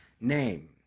name